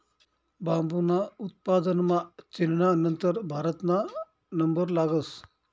बांबूना उत्पादनमा चीनना नंतर भारतना नंबर लागस